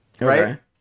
right